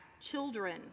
children